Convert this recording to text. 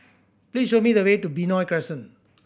please show me the way to Benoi Crescent